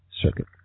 circuit